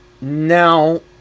Now